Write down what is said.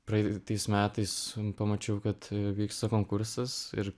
praeitais metais pamačiau kad vyksta konkursas ir